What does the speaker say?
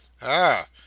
Ah